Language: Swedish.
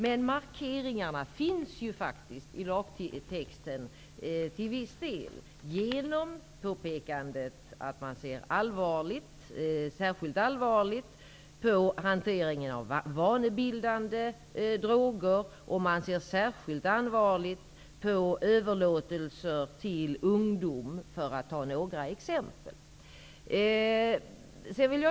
Men markeringarna finns faktiskt till viss del i lagtexten genom påpekandet att man ser särskilt allvarligt på hanteringen av vanebildande droger och på överlåtelser till ungdomar, för att ta ett par exempel.